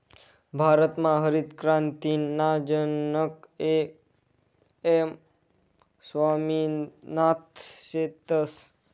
भारतमा हरितक्रांतीना जनक एम.एस स्वामिनाथन शेतस